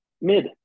mid